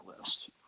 list